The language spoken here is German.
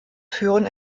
führen